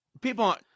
people